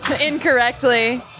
incorrectly